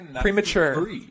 premature